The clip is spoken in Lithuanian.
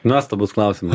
nuostabus klausimas